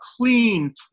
clean